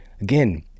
again